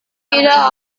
tidak